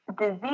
disease